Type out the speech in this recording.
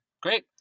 Great